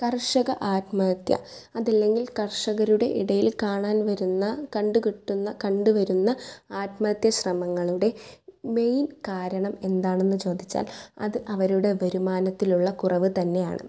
കർഷക ആത്മഹത്യ അതല്ലെങ്കിൽ കർഷകരുടെ ഇടയിൽ കാണാൻ വരുന്ന കണ്ട് കിട്ടുന്ന കണ്ട് വരുന്ന ആത്മഹത്യാ ശ്രമങ്ങളുടെ മെയിൻ കാരണം എന്താണെന്ന് ചോദിച്ചാൽ അത് അവരുടെ വരുമാനത്തിലുള്ള കുറവ് തന്നെയാണ്